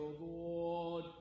Lord